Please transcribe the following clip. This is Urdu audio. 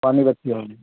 پانی بچی والی